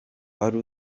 wari